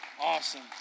Awesome